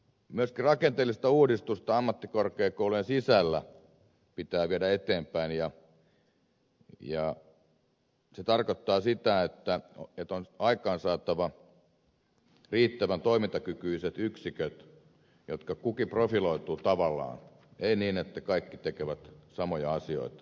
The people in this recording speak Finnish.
myöskin rakenteellista uudistusta ammattikorkeakoulujen sisällä pitää viedä eteenpäin ja se tarkoittaa sitä että on aikaansaatava riittävän toimintakykyiset yksiköt jotka kukin profiloituvat tavallaan ei niin että kaikki tekevät samoja asioita